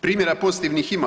Primjera pozitivnih ima.